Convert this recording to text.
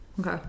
Okay